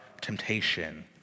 temptation